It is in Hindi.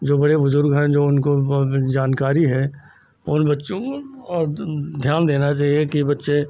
जो बड़े बुज़ुर्ग हैं जो उनको भी बहुत जानकारी है उन बच्चों को और ध्यान देना चाहिए कि बच्चे